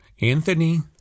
Anthony